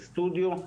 בסטודיו,